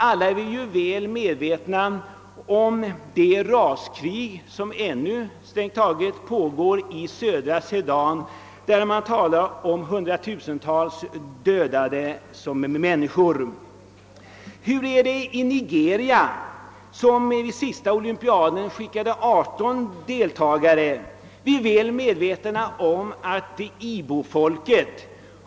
Alla är vi väl medvetna om det raskrig som ännu pågår i södra Sudan, där det talas om tusentals dödade människor. Hur förhåller det sig i Nigeria, som skickade 18 deltagare till den senaste olympiaden?